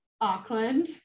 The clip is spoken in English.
Auckland